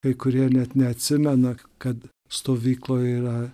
kai kurie net neatsimena kad stovykloje yra